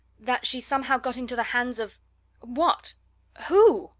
that she's somehow got into the hands of what who?